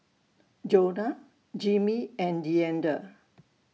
Jonah Jimmy and Deandre